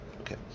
Okay